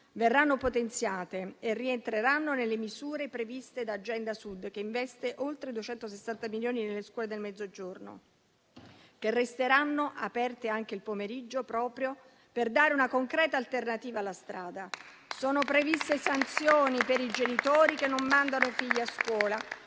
verranno potenziate e rientreranno nelle misure previste da Agenda Sud, che investe oltre 260 milioni nelle scuole del Mezzogiorno. Resteranno aperte anche il pomeriggio, proprio per dare una concreta alternativa alla strada. Sono previste sanzioni per i genitori che non mandano i figli a scuola.